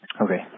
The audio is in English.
Okay